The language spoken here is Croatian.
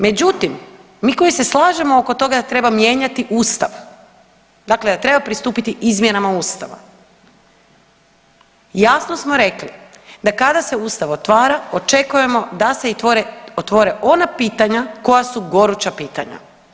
Međutim, mi koji se slažemo oko toga da treba mijenjati Ustav, dakle da treba pristupiti izmjenama Ustava, jasno smo rekli da kada se Ustav otvara očekujemo da se i otvore ona pitanja koja su goruća pitanja.